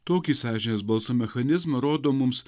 tokį sąžinės balso mechanizmą rodo mums